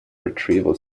retrieval